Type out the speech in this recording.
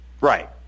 Right